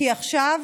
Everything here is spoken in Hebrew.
כי עכשיו